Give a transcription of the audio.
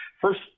First